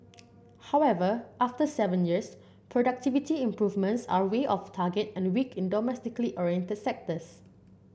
however after seven years productivity improvements are way off target and weak in domestically oriented sectors